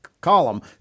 column